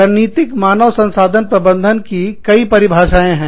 रणनीतिक रणनीति मानव संसाधन प्रबंधन की कई परिभाषाएं हैं